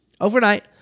Overnight